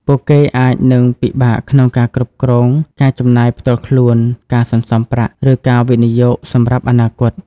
ពួកគេអាចនឹងពិបាកក្នុងការគ្រប់គ្រងការចំណាយផ្ទាល់ខ្លួន ការសន្សំប្រាក់ ឬការវិនិយោគសម្រាប់អនាគត។